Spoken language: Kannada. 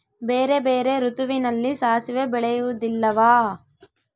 ಬೇರೆ ಬೇರೆ ಋತುವಿನಲ್ಲಿ ಸಾಸಿವೆ ಬೆಳೆಯುವುದಿಲ್ಲವಾ?